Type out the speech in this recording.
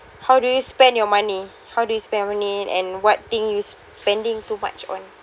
how do you spend your money how do you spend on it and what thing you spending too much on